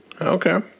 Okay